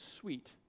sweet